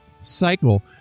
cycle